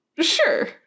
Sure